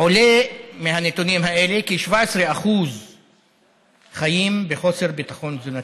עולה מהנתונים האלה כי 17% חיים בחוסר ביטחון תזונתי.